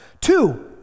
Two